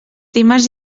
dimarts